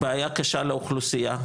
בעיה קשה לאוכלוסיה,